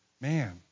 Man